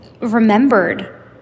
remembered